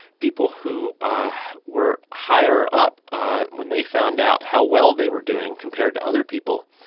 people who ah were higher up, ah when they found out how well they were doing compared to other people,